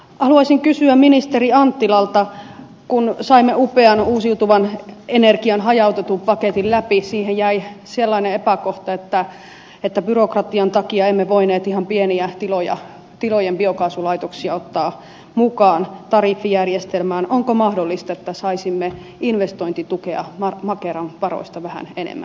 haluaisin kysyä ministeri anttilalta kun saimme upean uusiutuvan energian hajautetun paketin läpi ja siihen jäi sellainen epäkohta että byrokratian takia emme voineet ihan pienien tilojen biokaasulaitoksia ottaa mukaan tariffijärjestelmään onko mahdollista että saisimme investointitukea makeran varoista vähän enemmän